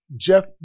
Jeff